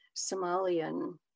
Somalian